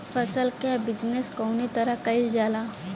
फसल क बिजनेस कउने तरह कईल जाला?